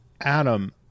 Adam